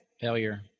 Failure